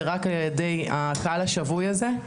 זה רק על ידי הקהל השבוי הזה.